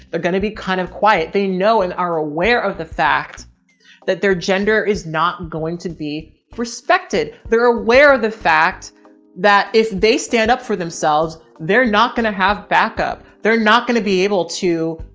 they're going to be kind of quiet. they know and are aware of the fact that their gender is not going to be respected. they're aware of the fact that if they stand up for themselves, they're not going to have backup. they're not going to be able to,